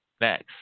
Next